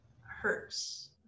hurts